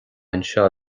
anseo